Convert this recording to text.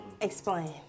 Explain